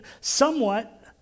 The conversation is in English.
somewhat